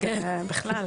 כאילו,